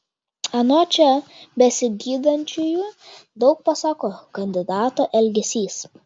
anot čia besigydančiųjų daug pasako kandidato elgesys